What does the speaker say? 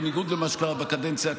בניגוד למה שקרה בקדנציה הקודמת,